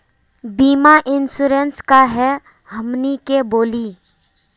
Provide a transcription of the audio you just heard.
बीमा इंश्योरेंस का है हमनी के बोली?